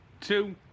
Two